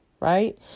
right